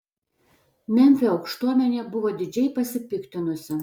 memfio aukštuomenė buvo didžiai pasipiktinusi